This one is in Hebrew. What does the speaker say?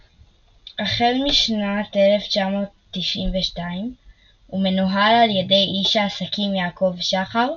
1931/1932. החל משנת 1992 הוא מנוהל על ידי איש העסקים יעקב שחר,